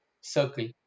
circle